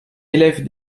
élèvent